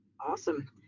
awesome